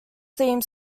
theme